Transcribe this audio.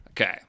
Okay